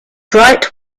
bright